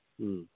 ꯎꯝ